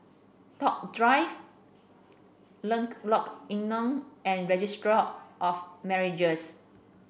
Toh Drive Lenglok Enam and Registry of Marriages